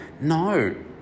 No